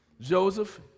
Joseph